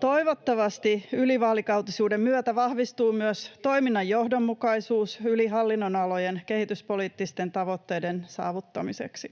Toivottavasti ylivaalikautisuuden myötä vahvistuu myös toiminnan johdonmukaisuus yli hallinnonalojen kehityspoliittisten tavoitteiden saavuttamiseksi.